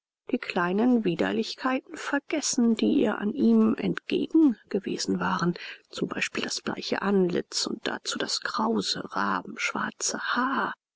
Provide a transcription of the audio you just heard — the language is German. die kleinen widerlichkeiten vergessen die ihr an ihm entgegen gewesen waren z b das bleiche antlitz und dazu das krause rabenschwarze haar